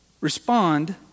respond